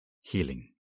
Healing